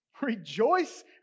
Rejoice